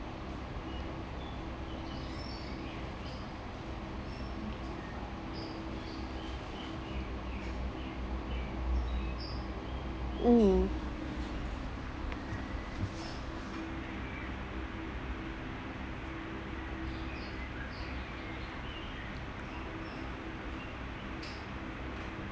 mm